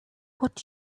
what